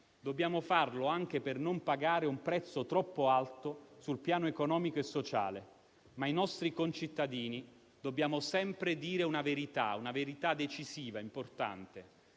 Dobbiamo farlo anche per non pagare un prezzo troppo alto sui piani economico e sociale, ma ai nostri concittadini dobbiamo sempre dire una verità, una verità decisiva e importante.